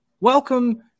welcome